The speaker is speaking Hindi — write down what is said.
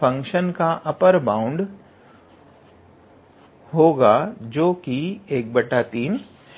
फंक्शन का अपर बाउंड होगा जो कि 13 है